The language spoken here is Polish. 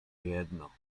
jedno